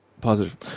Positive